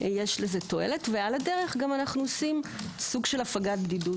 יש לזה תועלת ועל הדרך גם אנו עושים סוג של הפגת בדידות.